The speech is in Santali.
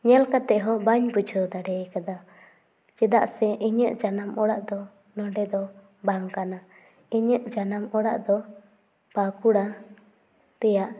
ᱧᱮᱞ ᱠᱟᱛᱮᱫ ᱦᱚᱸ ᱵᱟᱧ ᱵᱩᱡᱷᱟᱹᱣ ᱫᱟᱲᱮᱭ ᱠᱟᱫᱟ ᱪᱮᱫᱟᱜ ᱥᱮ ᱤᱧᱟᱹᱜ ᱡᱟᱱᱟᱢ ᱚᱲᱟᱜ ᱫᱚ ᱱᱚᱸᱰᱮ ᱫᱚ ᱵᱟᱝ ᱠᱟᱱᱟ ᱤᱧᱟᱹᱜ ᱡᱟᱱᱟᱢ ᱚᱲᱟᱜ ᱫᱚ ᱵᱟᱸᱠᱩᱲᱟ ᱨᱮᱭᱟᱜ